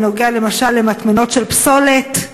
זה נוגע, למשל, למטמנות של פסולת.